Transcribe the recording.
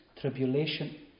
tribulation